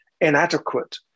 inadequate